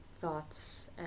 Thoughts